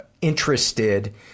interested